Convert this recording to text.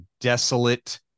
desolate